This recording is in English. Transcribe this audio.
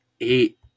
Eight